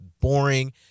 boring